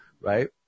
right